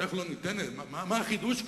איך לא ניתן, מה החידוש כאן.